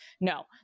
No